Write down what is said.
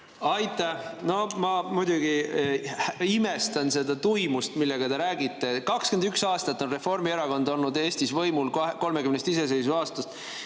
Aitäh! No ma muidugi imestan seda tuimust, millega te räägite. 21 aastat on Reformierakond olnud Eestis võimul 30 iseseisvusaastast.